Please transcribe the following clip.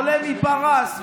עולה מפרס,